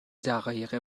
دقایق